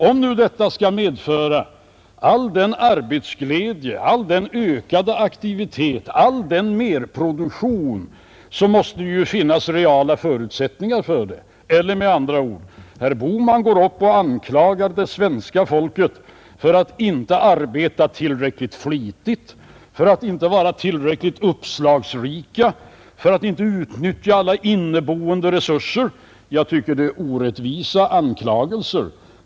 Om nu detta skall medföra all den arbetsglädje, all den ökade aktivitet och all den merproduktion som det görs gällande, måste den reella innebörden härav vara att herr Bohman anklagar det svenska folket för att inte arbeta tillräckligt flitigt, för att inte vara tillräckligt uppslagsrikt och för att inte utnyttja alla sina inneboende resurser. Jag tycker att det är orättvisa anklagelser.